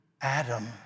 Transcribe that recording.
Adam